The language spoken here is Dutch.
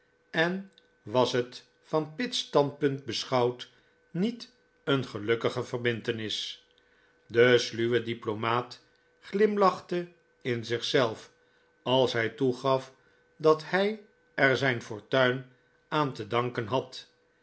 en was het van pitt's standpunt beschouwd niet een gelukkige verbintenis de sluwe diplomaat glimlachte in zichzelf als hij toegaf dat hij er zijn fortuin aan te danken had